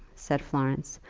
said florence.